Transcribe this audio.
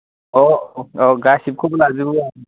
अ औ गासिबखौबो लाजोबो आं